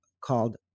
called